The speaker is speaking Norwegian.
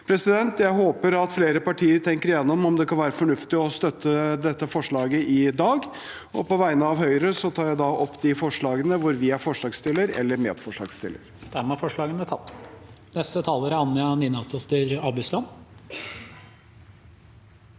trusler. Jeg håper flere partier tenker igjennom om det kan være fornuftig å støtte dette forslaget i dag. På vegne av Høyre tar jeg opp de forslagene hvor vi er forslagsstiller eller medforslagsstiller.